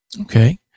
Okay